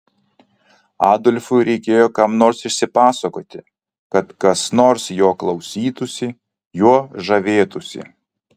adolfui reikėjo kam nors išsipasakoti kad kas nors jo klausytųsi juo žavėtųsi